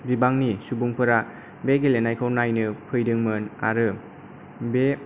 बिबांनि सुबुंफोरा बे गेलेनायखौ नायनो फैदोंमोन आरो बे